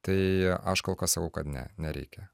tai aš kol kas sakau kad ne nereikia